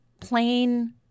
plain